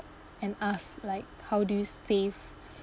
and ask like how do you save